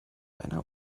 einer